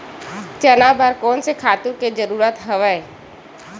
चना बर कोन से खातु के जरूरत हवय?